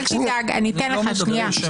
אל תדאג, אני אתן לך לדבר.